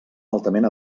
altament